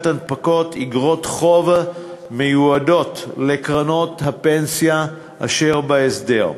הנפקות איגרות חוב מיועדות לקרנות הפנסיה אשר בהסדר,